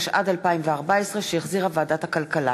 8), התשע"ד 2014, שהחזירה ועדת הכלכלה.